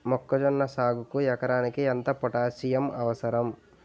మొక్కజొన్న సాగుకు ఎకరానికి ఎంత పోటాస్సియం అవసరం?